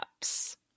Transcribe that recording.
apps